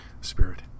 spirit